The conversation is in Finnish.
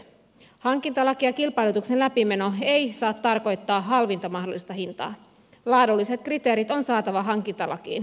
hankintalaki ja kilpailutuksen läpimeno ei saa tarkoittaa halvinta mahdollista hintaa laadulliset kriteerit on saatava hankintalakiin